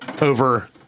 over